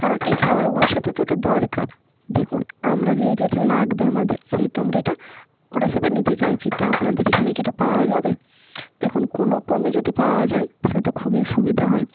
কারণ এই খাওয়ারগুলোর সাথ তো ওটা দরকার দেখুন আমরা যেহেতু এটা লাগবে আমাদের সেহেতু আমরা এটা ওটার সাথে নিতে চাইছি তো আপনাদের এখানে কি ওটা পাওয়া যাবে দেখুন কোনওক্রমে যদি পাওয়া যায় তাহলে তো খুবই সুবিধা হয়